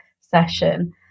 session